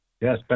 Yes